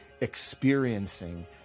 experiencing